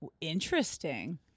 interesting